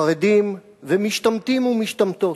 חרדים ומשתמטים ומשתמטות.